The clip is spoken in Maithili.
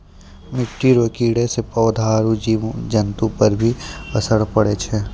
मिट्टी रो कीड़े से पौधा आरु जीव जन्तु पर भी असर पड़ै छै